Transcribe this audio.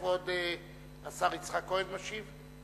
כבוד השר יצחק כהן משיב.